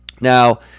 Now